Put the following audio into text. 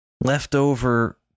leftover